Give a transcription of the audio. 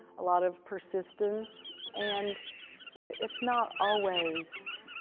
a lot of persistence. and it's not always